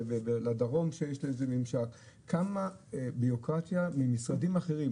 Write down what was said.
מאוד בירוקרטיה ממשרדים אחרים.